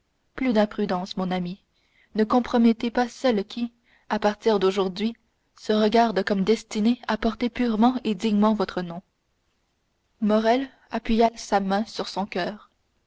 plus d'imprudences mon ami ne compromettez pas celle qui à partir d'aujourd'hui se regarde comme destinée à porter purement et dignement votre nom morrel appuya sa main sur son coeur